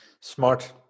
Smart